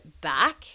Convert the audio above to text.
back